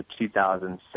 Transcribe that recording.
2007